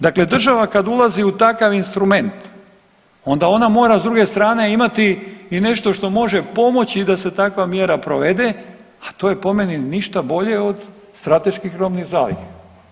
Dakle, država kad ulazi u takav instrument onda ona mora s druge strane imati i nešto što može pomoći da se takva mjera provede, a to je po meni ništa bolje od strateških robnih zaliha.